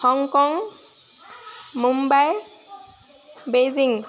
Hong Kong Mumbai Beijing